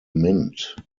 mint